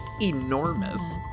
enormous